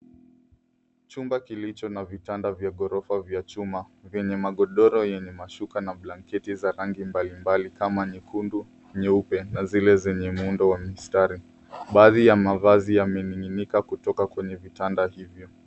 Chumba kilicho na vitanda vya ghorofa vya chuma vyenye magodoro yenye mashuka na blanketi za rangi mbalimbali kama nyekundu, nyeupe na zile zenye muundo wa mistari. Baadhi ya mavazi yamening'inika kutoka kwenye vitanda hivi.